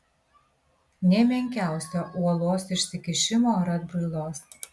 nė menkiausio uolos išsikišimo ar atbrailos